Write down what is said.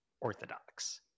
orthodox